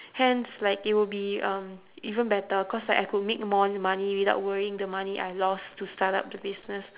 hence like it would be um even better because like I could make more money without worrying the money I lost to start up the business